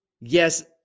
yes